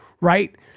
right